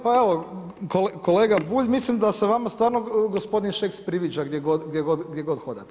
Pa evo kolega Bulj, mislim da se vama stvarno gospodin Šeks priviđa gdje god hodate.